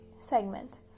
segment